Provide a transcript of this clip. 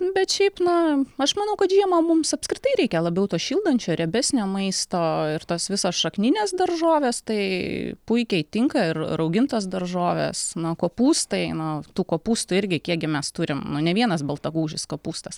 bet šiaip na aš manau kad žiemą mums apskritai reikia labiau to šildančio riebesnio maisto ir tos visos šakninės daržovės tai puikiai tinka ir raugintos daržovės kopūstai nu tų kopūstų irgi kiekgi mes turim nu ne vienas baltagūžis kopūstas